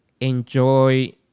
enjoy